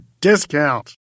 discount